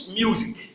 music